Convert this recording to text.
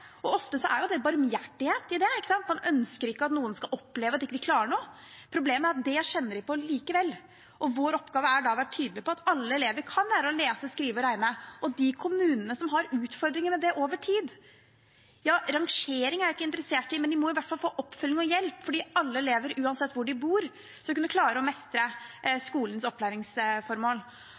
Ofte er det barmhjertighet i det – man ønsker ikke at noen skal oppleve at de ikke klarer noe. Problemet er at det kjenner de på allikevel, og vår oppgave er da å være tydelig på at alle elever kan lære å lese, skrive og regne. Og i de kommunene som har utfordringer med det over tid – ja, rangering er jeg ikke interessert i – må de i hvert fall få oppfølging og hjelp, for alle elever, uansett hvor de bor, skal kunne klare å mestre skolens opplæringsformål.